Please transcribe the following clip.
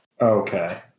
Okay